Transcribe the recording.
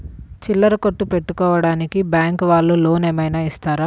చిల్లర కొట్టు పెట్టుకోడానికి బ్యాంకు వాళ్ళు లోన్ ఏమైనా ఇస్తారా?